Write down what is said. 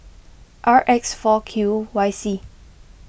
R X four Q Y C